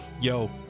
Yo